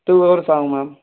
two hours ஆகும் ma'am